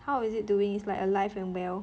how is it doing is like alive and well